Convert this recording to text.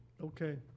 Okay